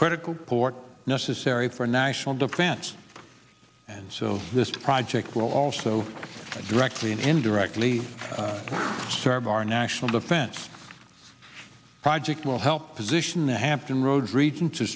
critical port necessary for national defense and so this project will also directly and indirectly serve our national defense project will help position the hampton roads region to